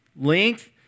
length